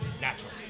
natural